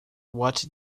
what